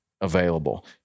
available